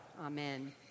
Amen